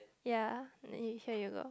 ya eh here you go